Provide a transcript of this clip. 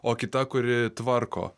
o kita kuri tvarko